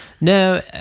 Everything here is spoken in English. No